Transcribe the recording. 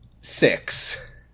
six